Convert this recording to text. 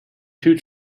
two